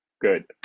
good